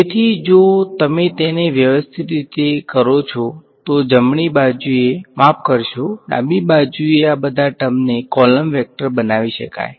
તેથી જો તમે તેને વ્યવસ્થિત રીતે કરો છો તો જમણી બાજુએ માફ કરશો ડાબી બાજુએ આ બધા ટર્મને કૉલમ વેક્ટર બનાવી શકાય છે